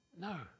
No